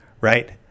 right